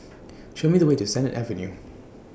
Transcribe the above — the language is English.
Show Me The Way to Sennett Avenue